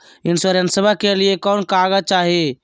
इंसोरेंसबा के लिए कौन कागज चाही?